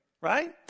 right